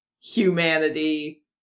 humanity